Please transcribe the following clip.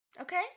okay